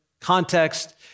context